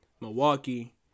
Milwaukee